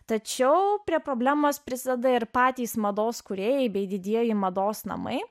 tačiau prie problemos prisideda ir patys mados kūrėjai bei didieji mados namai